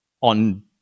on